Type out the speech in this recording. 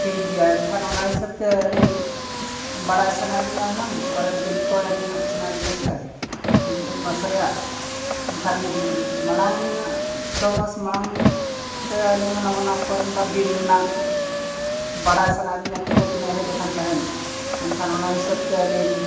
ᱴᱷᱤᱠ ᱜᱮᱭᱟ ᱮᱱᱠᱷᱟᱱ ᱚᱱᱟ ᱦᱤᱥᱟᱹᱵᱽ ᱛᱮ ᱟᱹᱞᱤᱧ ᱵᱟᱲᱟᱭ ᱥᱟᱱᱟᱭᱮᱫ ᱞᱤᱧᱟ ᱦᱩᱱᱟᱹᱝ ᱠᱚ ᱮᱢ ᱧᱚᱜ ᱥᱟᱱᱟᱭᱮᱫ ᱞᱤᱧᱟᱹ ᱥᱮ ᱦᱤᱡᱩᱜ ᱢᱟᱥ ᱨᱮᱭᱟᱜ ᱮᱱᱠᱷᱟᱱ ᱢᱟᱲᱟᱝ ᱪᱷᱚ ᱢᱟᱥ ᱢᱟᱲᱟᱝ ᱛᱮ ᱟᱹᱞᱤᱧ ᱦᱩᱱᱟᱹᱝ ᱨᱮᱱᱟᱜ ᱵᱟᱲᱟᱭ ᱥᱟᱱᱟᱭᱮᱫ ᱞᱤᱧᱟᱹ ᱛᱤᱱᱟᱹᱜ ᱛᱤᱱᱟᱹᱜ ᱦᱮᱡ ᱟᱠᱟᱱ ᱛᱟᱦᱮᱸᱫ ᱮᱱᱠᱷᱟᱱ ᱚᱱᱟ ᱦᱤᱥᱟᱹᱵᱽ ᱛᱮ ᱟᱹᱞᱤᱧ